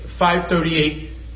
538